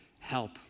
help